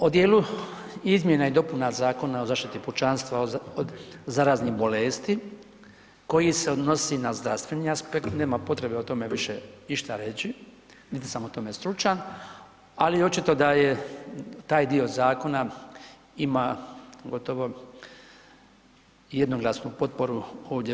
O dijelu izmjena i dopuna Zakona o zaštiti pučanstva od zaraznih bolesti koji se odnosi na zdravstveni aspekt nema potrebe o tome više išta reći, niti sam u tome stručan, ali očito da je taj dio zakona, ima gotovo jednoglasnu potporu ovdje u